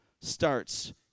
Starts